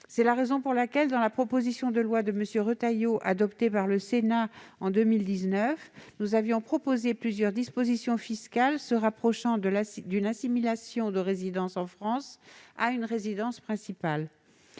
C'est la raison pour laquelle, dans la proposition de loi de M. Retailleau que le Sénat a adoptée en 2019, nous avions proposé plusieurs dispositions fiscales se rapprochant de l'assimilation d'une résidence en France à une résidence principale.